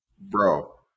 bro